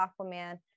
Aquaman